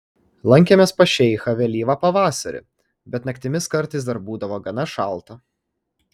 lankėmės pas šeichą vėlyvą pavasarį bet naktimis kartais dar būdavo gana šalta